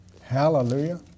Hallelujah